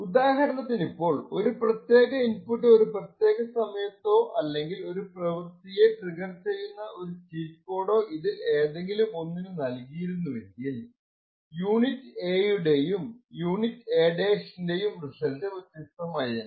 ഉദാഹരണത്തിനിപ്പോൾ ഒരു പ്രത്യാക ഇൻപുട്ട് ഒരു പ്രത്യാക സമയത്തോ അല്ലെങ്കിൽ ഒരു പ്രവർത്തിയെ ട്രിഗർ ചെയ്യുന്ന ഒരു ചീറ്റ് കോഡോ ഇതിൽ ഏതെങ്കിലും ഒന്നിന് നല്കിയിരുന്നുവെങ്കിൽ യൂണിറ്റ് എ യുടെയും എ Aൻറെയും റിസൾട്ട് വ്യത്യസ്തമായേനെ